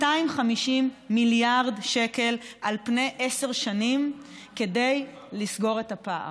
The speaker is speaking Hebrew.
250 מיליארד שקל על פני עשר שנים כדי לסגור את הפער.